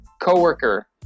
coworker